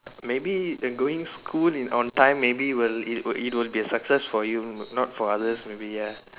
maybe going school in on time maybe will it will it will be a success for you not for others maybe ya